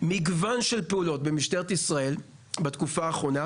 מגוון פעולות במשטרת ישראל בתקופה האחרונה,